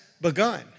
begun